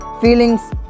feelings